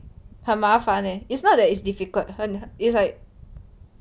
很麻烦 leh it's not that it's difficult 很 it's like